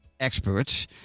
experts